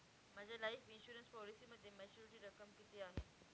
माझ्या life insurance पॉलिसीमध्ये maturity रक्कम किती आहे?